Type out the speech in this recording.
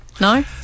No